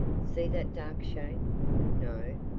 see that dark shape no,